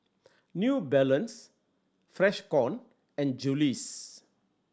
New Balance Freshkon and Julie's